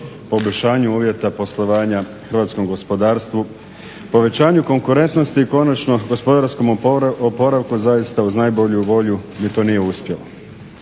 poboljšanju uvjeta poslovanja hrvatskom gospodarstvu, povećanju konkurentnosti i konačno gospodarskom oporavku, zaista uz najbolju volju mi to nije uspjelo.